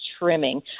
trimming